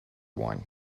one